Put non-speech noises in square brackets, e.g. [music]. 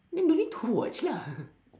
then don't need to watch lah [laughs]